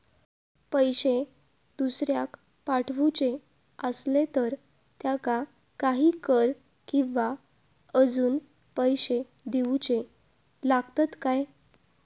पैशे दुसऱ्याक पाठवूचे आसले तर त्याका काही कर किवा अजून पैशे देऊचे लागतत काय?